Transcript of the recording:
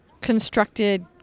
constructed